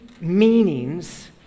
meanings